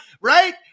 right